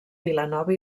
vilanova